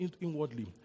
inwardly